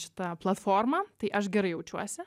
šita platforma tai aš gerai jaučiuosi